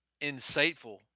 insightful